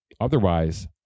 Otherwise